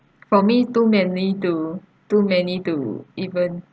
for me too many to too many to even